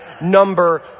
number